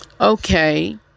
Okay